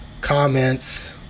comments